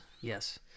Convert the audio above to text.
Yes